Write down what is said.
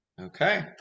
okay